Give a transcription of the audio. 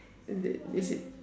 is it is it